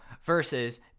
versus